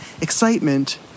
excitement